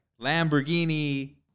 lamborghini